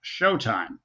showtime